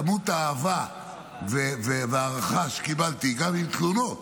כמות האהבה וההערכה שקיבלתי, גם עם תלונות,